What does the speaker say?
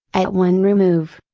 at one remove.